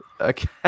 okay